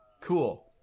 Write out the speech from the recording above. cool